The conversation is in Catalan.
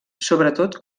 sobretot